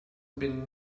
been